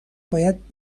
باید